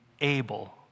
able